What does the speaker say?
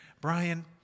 Brian